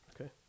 Okay